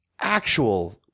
actual